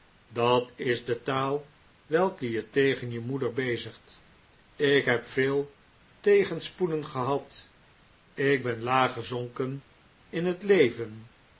dat is de taal welke je tegen je moeder bezigt ik heb veel tegenspoeden gehad ik ben laag gezonken in het leven